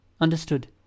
Understood